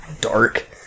dark